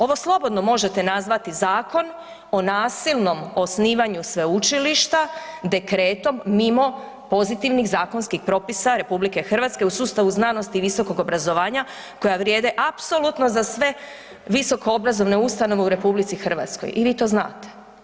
Ovo slobodno možete nazvati Zakon o nasilnom osnivanju sveučilišta dekretom mimo pozitivnih zakonskih propisa RH u sustavu znanosti i visokog obrazovanja koja vrijede apsolutno za sve visokoobrazovne ustanove u RH i vi to znate.